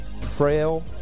frail